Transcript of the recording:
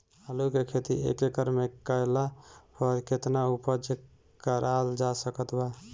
आलू के खेती एक एकड़ मे कैला पर केतना उपज कराल जा सकत बा?